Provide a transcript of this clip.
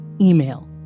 email